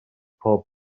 pob